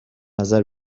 نظر